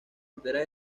enteras